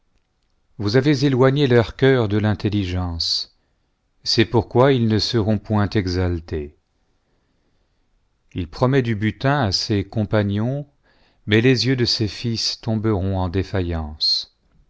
vous avez éloigné leur cœur de l'intelligence c'est pourquoi ils ne seront point exaltés il promet du butin à ses compa gnons mais les yeux de ses fils tom beront en défaillance